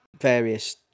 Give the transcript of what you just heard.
various